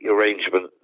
arrangement